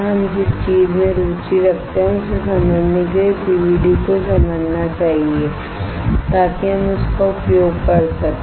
हम जिस चीज में रुचि रखते हैं उसे समझने के लिए पीवीडी को समझना चाहिए ताकि हम उसका उपयोग कर सकें